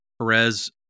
Perez